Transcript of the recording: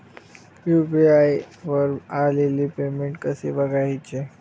UPI वर आलेले payment कसे बघायचे?